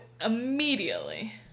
immediately